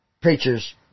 preachers